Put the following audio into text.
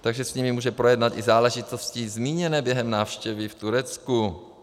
Takže s nimi může projednat i záležitosti zmíněné během návštěvy v Turecku.